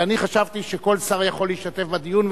ואני חשבתי שכל שר יכול להשתתף בדיון,